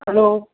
hello